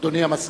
אדוני המזכיר.